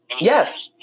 Yes